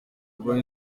rwa